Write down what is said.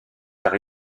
car